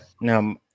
Now